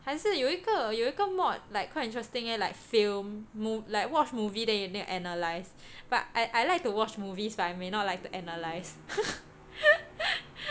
还是有一个有一个 mod like quite interesting eh like film mo~ like watch movie then you need to analyse but I I like to watch movies but I may not like to analyse